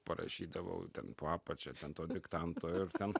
parašydavau ten po apačia ten to diktanto ir ten